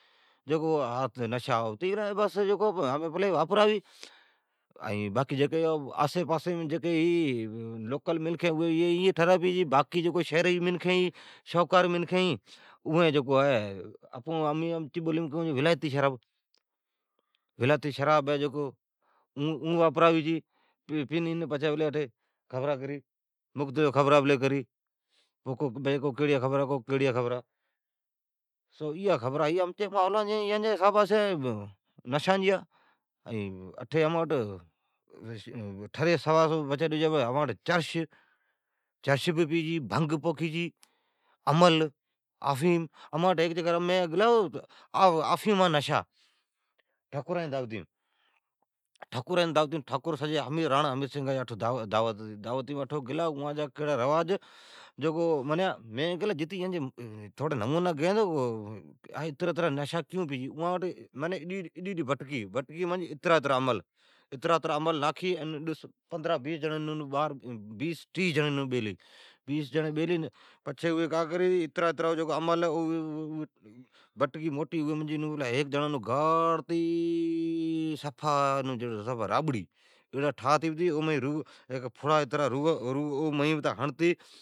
جکو ھا نشا ھتی گلا ہے۔ بس، ائین پلی واپراوی۔ باقی جکی آسی پاسیم ھی لوکل منکھین اوین ٹھرا پی چھی۔ ائین شھرا جین منکھین، شاھوکرر منکھین ھی، اون امین آپکی بولیم کیئون چھون ولائتی شراب ہے جکو اون واپراوی چھی۔ پینی کو کیڑیا مختلف خبرا پلی کری۔ کو کیئڑیا خبرا کو کیئڑیا خبراپلی کری۔ سو ایا خبرا ھی امچی ماحولا جیا ۔ پچھی امانٹھ چرش بھی پی بھی، بھنگ پوکھی چھی، امل، افھیم۔ مین ھیک دفعا گلا ٹھکران جی دعوتیم۔ تو راڑنا ھمیر سنگھ جی دعوتم ھتے اٹھو گلا، اوان جا رواج میناوٹھو جتی اوا جا نموما گئی تو اترا اترا نشا کئون پئی چھی۔ معنی اڈی اڈی بٹکی، ائین اترا اترا امل ناکھی بیس ٹیھ جیڑی ایون بیلی ھے۔ ھیک جیڑا کا کری تو او امل پتا گاڑتی سفا رابڑا ٹھاتی ائین روا جا فڑا پتا گیتی۔